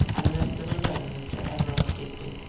and left them alone with sir everard digby.